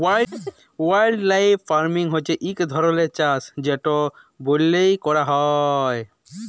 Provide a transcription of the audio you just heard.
wildlife farming হছে ইক ধরলের চাষ যেট ব্যইলে ক্যরা হ্যয়